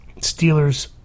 Steelers